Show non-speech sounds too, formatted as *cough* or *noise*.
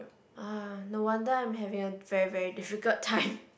[wah] no wonder I'm having a very very difficult time *laughs*